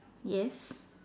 yes